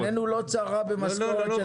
עינינו לא צרה במשכורת של בן אדם.